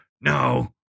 no